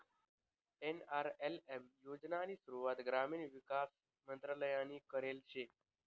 NRLM योजनानी सुरुवात ग्रामीण विकास मंत्रालयनी करेल शे